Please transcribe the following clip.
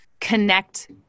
connect